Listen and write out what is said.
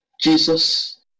jesus